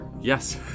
Yes